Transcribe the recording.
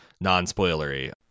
non-spoilery